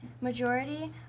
majority